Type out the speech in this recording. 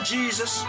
Jesus